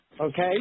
Okay